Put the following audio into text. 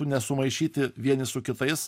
nesumaišyti vieni su kitais